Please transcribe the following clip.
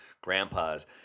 grandpas